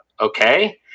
okay